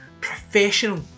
professional